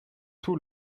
tout